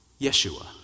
Yeshua